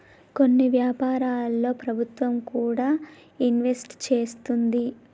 కొన్ని వ్యాపారాల్లో ప్రభుత్వం కూడా ఇన్వెస్ట్ చేస్తుంది